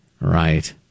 right